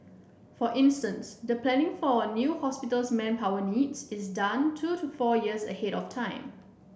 for instance the planning for a new hospital's manpower needs is done two to four years ahead of time